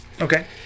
Okay